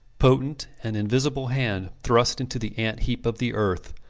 potent, and invisible hand thrust into the ant-heap of the earth,